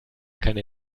keine